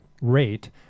rate